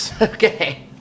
Okay